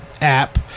app